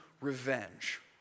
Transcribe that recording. revenge